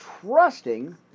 Trusting